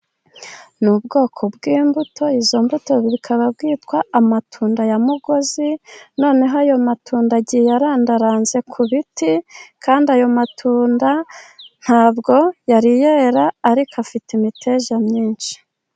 Ni ubwoko bw'imbuto, izo mbuto zikaba bwitwa amatunda ya mugozi, noneho ayo matunda agiye arandaranze ku biti, kandi ayo matunda ntabwo yari yera, ariko afite imiteja myinshi.